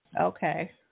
Okay